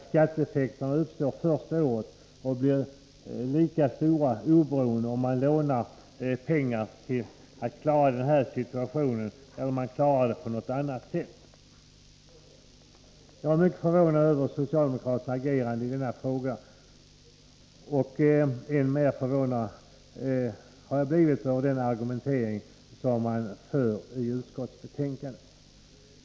Skatteeffekten uppstår första året och blir lika stor oberoende av om man lånar pengar för att klara sin situation eller går till väga på annat sätt. Jag är mycket förvånad över socialdemokraternas agerande i denna fråga, och än mer förvånad har jag blivit över den argumentering man för i utskottsbetänkandet.